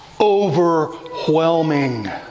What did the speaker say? overwhelming